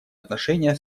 отношения